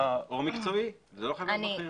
גורם מקצועי, זה לא חייב להיות בכיר.